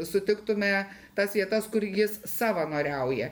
sutiktume tas vietas kur jis savanoriauja